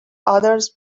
others